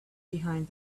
behind